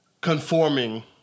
conforming